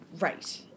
Right